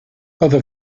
other